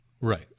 Right